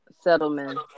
settlement